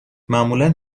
معمولا